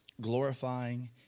glorifying